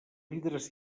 vidres